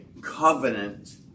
covenant